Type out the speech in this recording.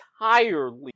entirely